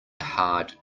hard